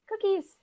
cookies